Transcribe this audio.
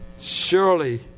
Surely